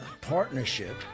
partnership